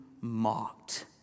mocked